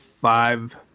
five